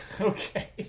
Okay